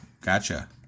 Gotcha